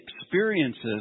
experiences